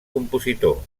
compositor